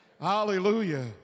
Hallelujah